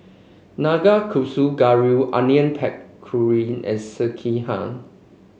Nanakusa Gayu Onion Pakora and Sekihan